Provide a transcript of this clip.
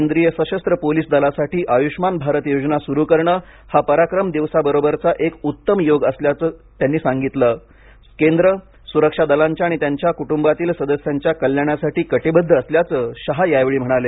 केंद्रीय सशस्त्र पोलिस दलासाठी आय्ष्मान भारत योजना स्रू करणे हा परक्राम दिवसाबरोबरचा एकउत्तम योग असल्याचं सांगत केंद्र स्रक्षा दलांच्या आणि त्यांच्या क्टुंबातील सदस्यांच्या कल्याणासाठी कटिबद्व असल्याचं शहा यावेळी म्हणाले